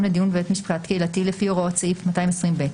לדין בבית משפט קהילתי לפי הוראות סעיף 220ב,